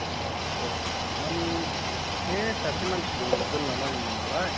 आट्चा माने बे सासे मानसिखौ दोनलां नांगौमोन नालाय